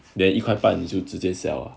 then 你就直接 sell ah